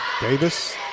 Davis